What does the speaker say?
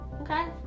Okay